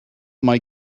mae